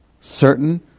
certain